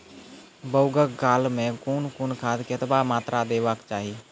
बौगक काल मे कून कून खाद केतबा मात्राम देबाक चाही?